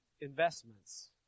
investments